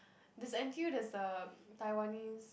there's a N_T_U there's a Taiwanese